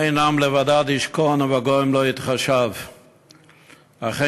"הן עם לבדד ישכן ובגוים לא יתחשב"; אכן,